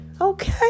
Okay